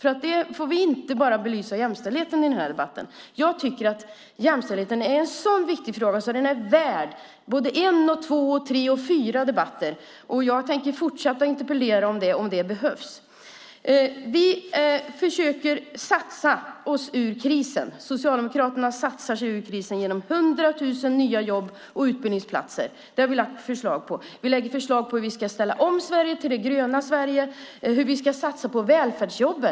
Vi får inte bara belysa jämställdheten i den här debatten. Jag tycker att jämställdheten är en så viktig fråga att den är värd både en, två, tre och fyra debatter. Jag tänker fortsätta att interpellera om det behövs. Vi försöker satsa oss ur krisen. Socialdemokraterna satsar sig ur krisen genom 100 000 nya jobb och utbildningsplatser. Vi har lagt fram förslag om detta. Vi har lagt fram förslag om hur Sverige ska ställas om till det gröna Sverige och satsningar på välfärdsjobb.